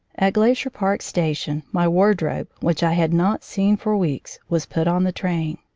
at glacier park station my wardrobe, which i had not seen for weeks, was put on the train.